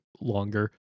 longer